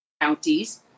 counties